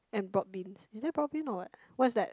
and broad beans is it broad bean or what what's that